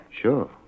Sure